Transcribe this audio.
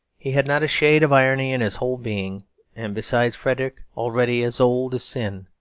he had not a shade of irony in his whole being and beside frederick, already as old as sin,